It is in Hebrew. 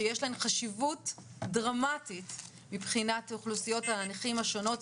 שיש להן חשיבות דרמטית מבחינת אוכלוסיות הנכים השונות,